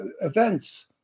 events